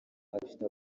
afite